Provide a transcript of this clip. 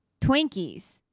twinkies